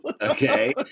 okay